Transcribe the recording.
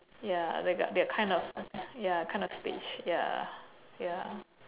ya they got they're kind of ya kind of staged ya ya